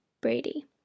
Brady